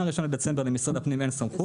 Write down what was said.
מ-1 בדצמבר 2021 למשרד הפנים אין סמכות.